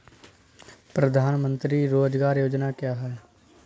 प्रधानमंत्री रोज़गार योजना क्या है?